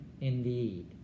indeed